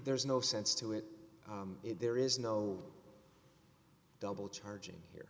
there's no sense to it there is no double charging here